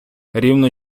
рівно